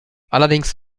allerdings